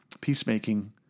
Peacemaking